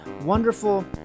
wonderful